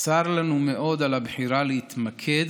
צר לנו מאוד על הבחירה להתמקד